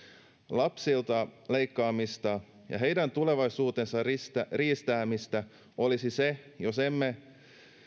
lapsilta leikkaamista ja heidän tulevaisuutensa riistämistä riistämistä olisi se jos emme